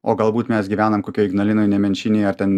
o galbūt mes gyvenam kokioj ignalinoj nemenčinėj ar ten